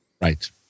Right